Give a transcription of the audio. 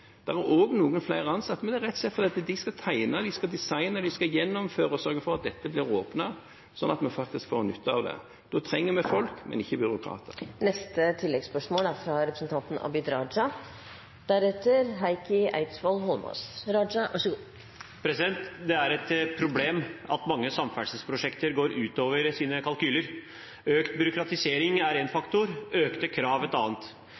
er også noen flere ansatte, men det er rett og slett fordi de skal tegne, de skal designe, og de skal gjennomføre og sørge for at dette blir åpnet, slik at vi faktisk får nytte av det. Da trenger vi folk, men ikke byråkrater. Abid Q. Raja – til oppfølgingsspørsmål. Det er et problem at mange samferdselsprosjekter går utover sine kalkyler. Økt byråkratisering er én faktor – økte krav